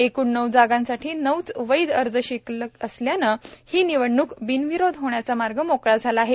एकूण नऊ जागांसाठी नऊच वैध अर्ज शिल्लक राहिल्याने ही निवडणूक बिनविरोध होण्याचा मार्ग मोकळा झाला आहे